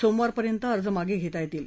सोमवारपर्यंत अर्ज मागे घेता येतील